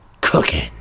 cooking